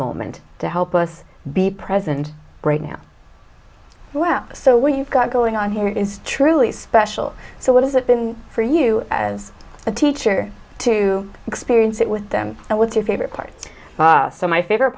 moment to help us be present right now well so we've got going on here is truly special so what has it been for you as a teacher to experience it with them and what's your favorite part so my favorite